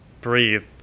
breathe